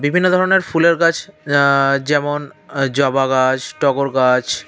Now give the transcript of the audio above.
বিভিন্ন ধরনের ফুলের গাছ যেমন জবা গাছ টগর গাছ